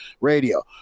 Radio